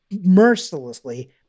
mercilessly